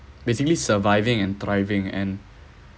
basically surviving and thriving and